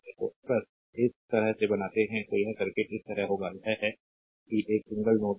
तो अगर इस तरह से बनाते हैं तो यह सर्किट इस तरह होगा यह है कि यह एक सिंगल नोड होगा